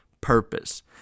purpose